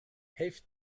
helft